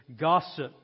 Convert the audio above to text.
gossip